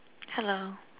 hello